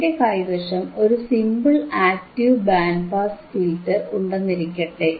എന്റെ കൈവശം ഒരു simple active band pass filter ഉണ്ടെന്നിരിക്കട്ടെ